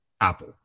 Apple